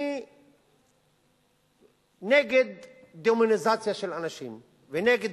אני נגד דמוניזציה של אנשים ונגד